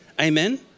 Amen